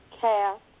cast